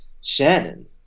shannon